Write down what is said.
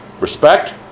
respect